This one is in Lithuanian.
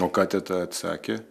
o ką teta atsakė